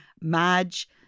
Madge